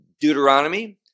Deuteronomy